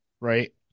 right